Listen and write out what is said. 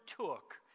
took